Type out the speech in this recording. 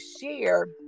share